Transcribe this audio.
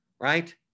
right